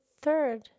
third